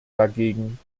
dagegen